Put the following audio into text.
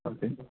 okay